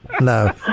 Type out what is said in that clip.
No